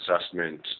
assessment